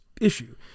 issue